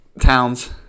Towns